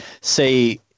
say